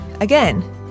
again